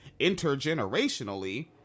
intergenerationally